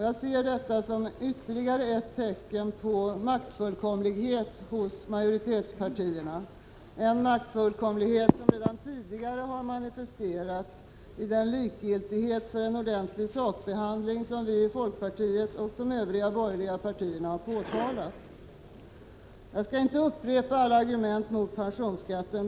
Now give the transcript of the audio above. Jag ser detta som ytterligare ett tecken på maktfullkomlighet hos majoritetspartierna, en maktfullkomlighet som redan tidigare har manifesterats i den likgiltighet för en ordentlig sakbehandling som vi i folkpartiet och de övriga borgerliga partierna har påtalat. Jag skall inte upprepa alla argument mot pensionsskatten.